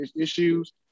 issues